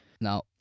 Now